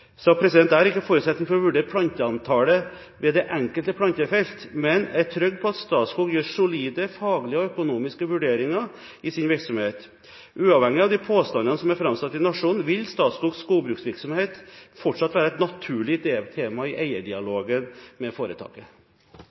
ikke forutsetning for å vurdere planteantallet ved det enkelte plantefelt, men er trygg på at Statskog gjør solide faglige og økonomiske vurderinger i sin virksomhet. Uavhengig av de påstandene som er framsatt i Nationen, vil Statskogs skogbruksvirksomhet fortsatt være et naturlig tema i eierdialogen med foretaket.